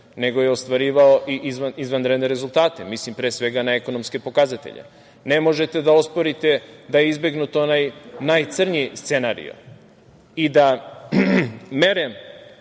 nego je ostvarivao izvanredne rezultate, a tu mislim, pre svega, na ekonomske pokazatelje. Ne možete da osporite da je izbegnut onaj najcrnji scenario i da mere